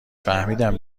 فهمیدم